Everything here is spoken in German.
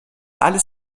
alles